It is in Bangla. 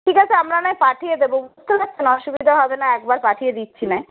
ঠিক আছে আমরা নয় পাঠিয়ে দেবো বুঝতে পারছেন অসুবিধা হবে না একবার পাঠিয়ে দিচ্ছি নয়